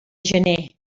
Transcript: gener